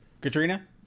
Katrina